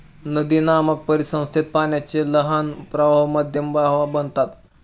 नदीनामक परिसंस्थेत पाण्याचे लहान प्रवाह मध्यम प्रवाह बनतात